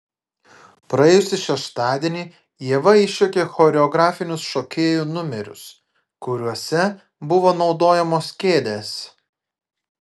praėjusį šeštadienį ieva išjuokė choreografinius šokėjų numerius kuriuose buvo naudojamos kėdės